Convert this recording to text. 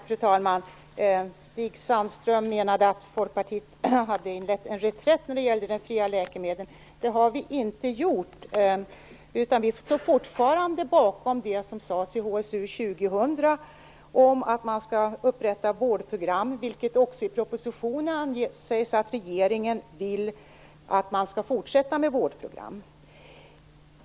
Fru talman! Stig Sandström menar att vi i Folkpartiet har inlett en reträtt när det gäller de fria läkemedlen. Det har vi inte gjort, utan vi står fortfarande bakom det som sades i HSU 2000 om upprättandet av vårdprogram. I propositionen sägs också att regeringen vill att man skall fortsätta med vårdprogrammen.